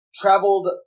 traveled